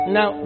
Now